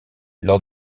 lors